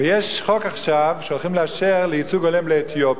ויש עכשיו חוק שהולכים לאשר ייצוג הולם לאתיופים.